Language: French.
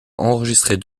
enregistrer